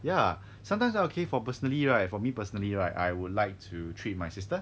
ya sometimes ah okay for personally right for me personally right I would like to treat my sister